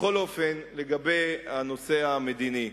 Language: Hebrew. בכל אופן, בנושא המדיני,